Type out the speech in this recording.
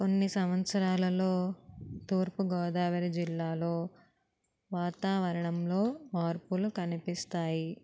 కొన్ని సంవత్సరాలలో తూర్పుగోదావరి జిల్లాలో వాతావరణంలో మార్పులు కనిపిస్తాయి